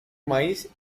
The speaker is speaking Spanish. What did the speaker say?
maíz